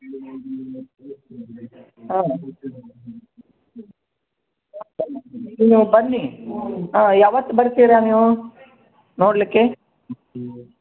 ಹ್ಞೂ ನೀವು ಬನ್ನಿ ಹ್ಞೂ ಯಾವತ್ತು ಬರ್ತೀರಾ ನೀವು ನೋಡಲಿಕ್ಕೆ